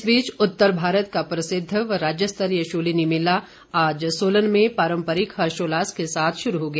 इस बीच उत्तर भारत का प्रसिद्ध व राज्यस्तरीय शूलिनी मेला आज सोलन में पारम्परिक हर्षोल्लास के साथ शुरू हो गया